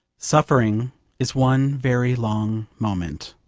suffering is one very long moment.